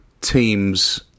teams